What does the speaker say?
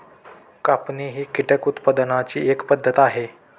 कापणी ही कीटक उत्पादनाची एक पद्धत आहे